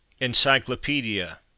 Encyclopedia